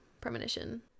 premonition